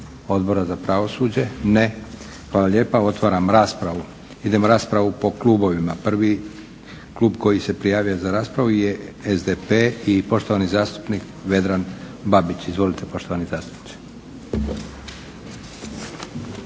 Odbora za pravosuđe? Ne. Hvala lijepa. Otvaram raspravu. Idemo raspravu po klubovima, prvi klub koji se prijavio za raspravi je SDP i poštovani zastupnik Vedran Babić. Izvolite poštovani zastupniče.